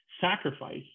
sacrifice